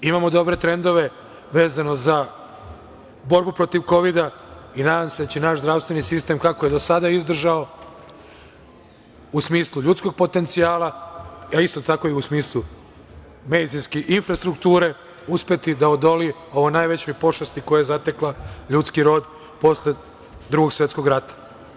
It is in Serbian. Imamo dobre trendove vezano za borbu protiv kovida i nadam se da će nas zdravstveni sistem, kako je do sada izdržao u smislu ljudskog potencijala, a isto tako i u smislu medicinske infrastrukture uspti da odoli ovoj najvećoj pošasti koja je zatekla ljudski rod posle Drugog svetskog rata.